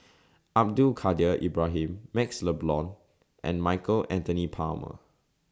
Abdul Kadir Ibrahim MaxLe Blond and Michael Anthony Palmer